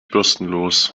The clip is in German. bürstenlos